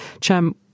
Cham